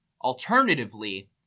Alternatively